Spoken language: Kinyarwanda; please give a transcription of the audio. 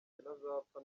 ntazapfa